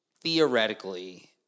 theoretically